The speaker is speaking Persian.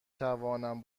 توانم